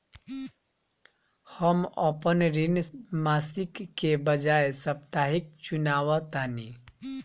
हम अपन ऋण मासिक के बजाय साप्ताहिक चुकावतानी